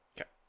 Okay